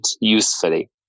usefully